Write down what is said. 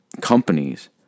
companies